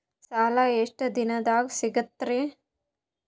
ಸಾಲಾ ಎಷ್ಟ ದಿಂನದಾಗ ಸಿಗ್ತದ್ರಿ?